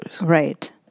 Right